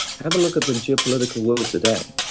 have a look at the geopolitical world today,